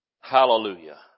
Hallelujah